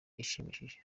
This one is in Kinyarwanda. ishimishije